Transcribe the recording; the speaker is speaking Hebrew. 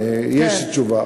יש תשובה,